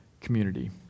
community